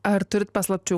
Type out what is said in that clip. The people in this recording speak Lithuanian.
ar turit paslapčių